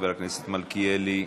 חבר הכנסת מלכיאלי,